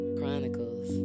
Chronicles